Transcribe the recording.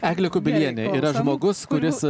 eglė kubilienė yra žmogus kuris